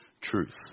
truth